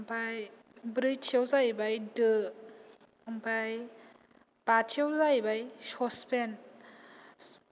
ओमफाय ब्रैथियाव जाहैबाय दो ओमफाय बाथियाव जाहैबाय ससपेन